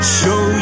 show